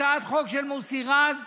הצעת חוק של מוסי רז,